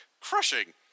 crushing